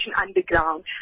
underground